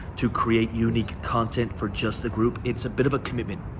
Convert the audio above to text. to create unique content for just the group. it's a bit of a commitment.